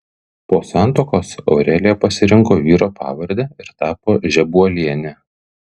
po santuokos aurelija pasirinko vyro pavardę ir tapo žebuoliene